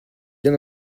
bien